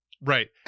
Right